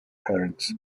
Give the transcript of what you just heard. parents